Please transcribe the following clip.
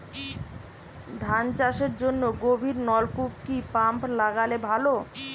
ধান চাষের জন্য গভিরনলকুপ কি পাম্প লাগালে ভালো?